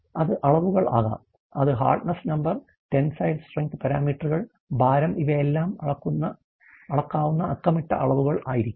അത് അളവുകൾ ആകാം അത് HARDNESS നമ്പർ ടെൻസൈൽ സ്ട്രെംഗ്റ്റ് പാരാമീറ്ററുകൾ ഭാരം ഇവയെല്ലാം അളക്കാവുന്ന അക്കമിട്ട അളവുകൾ ആയിരിക്കും